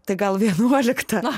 tai gal vienuoliktą